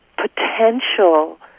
potential